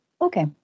Okay